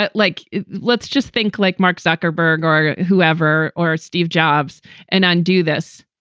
but like let's just think, like, mark zuckerberg or whoever or steve jobs and undo this.